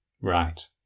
Right